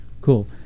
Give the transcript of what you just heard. Cool